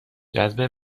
جذب